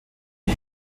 who